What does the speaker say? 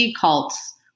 cults